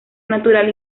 natural